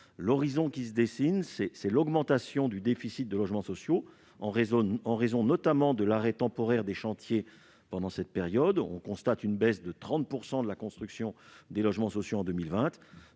l'horizon, c'est l'augmentation du déficit de logements sociaux, en raison notamment de l'arrêt temporaire des chantiers pendant cette période : on a constaté une baisse de 30 % de la construction de logements sociaux en 2020.